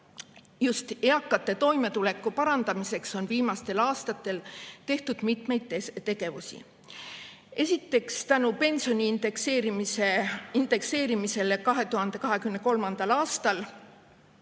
just eakate toimetuleku parandamiseks on viimastel aastatel tehtud mitmeid [muudatusi]. Esiteks, tänu pensioni indekseerimisele 2023. aastal